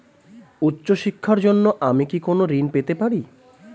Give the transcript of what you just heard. উচ্চশিক্ষার জন্য আমি কি কোনো ঋণ পেতে পারি?